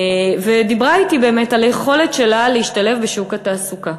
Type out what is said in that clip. ודיברה אתי על היכולת שלה להשתלב בשוק התעסוקה.